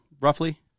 roughly